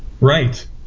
Right